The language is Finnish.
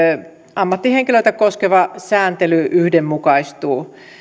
ammattihenkilöitä koskeva sääntely yhdenmukaistuu